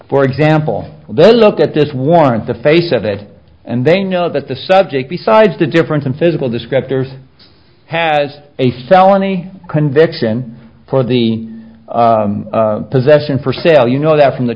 for example they look at this warrant the face of it and they know that the subject besides the difference in physical descriptors has a felony conviction for the possession for sale you know that from the